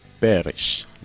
perish